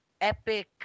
epic